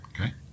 Okay